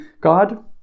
God